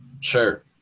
Sure